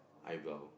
eyebrow